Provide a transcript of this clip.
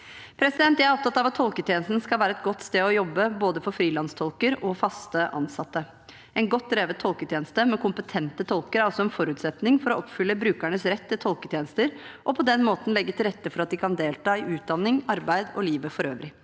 Jeg er opptatt av at tolketjenesten skal være et godt sted å jobbe både for frilanstolker og for fast ansatte. En godt drevet tolketjeneste med kompetente tolker er også en forutsetning for å oppfylle brukernes rett til tolketjenester og på den måten legge til rette for at de kan delta i utdanning, arbeid og livet for øvrig.